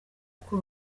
uko